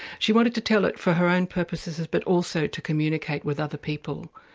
she wanted to tell it for her own purposes but also to communicate with other people,